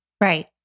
Right